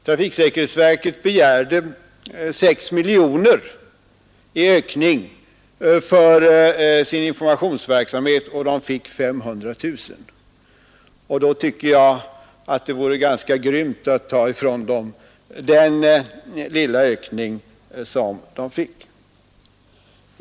Trafiksäkerhetsverket begärde 6 miljoner kronor i ökning för sin informationsverksamhet och får 500 000 kronor. Då tycker jag att det vore ganska grymt att ta ifrån detta verk den lilla ökning som verket får.